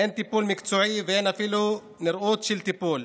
אין טיפול מקצועי ואין אפילו נראות של טיפול.